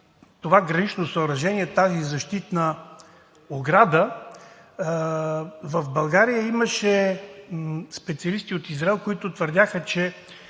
това гранично съоръжение – тази защитна ограда, в България имаше специалисти от Израел, които твърдяха, че